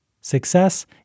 Success